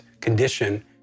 condition